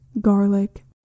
garlic